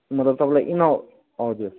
मतलब तपाईँलाई इन हउ हजुर